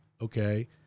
okay